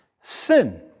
sin